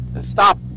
Stop